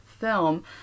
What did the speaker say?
film